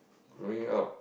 growing up